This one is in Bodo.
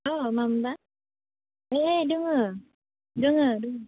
अ मामोन बा ए दोङो दोङो दोङो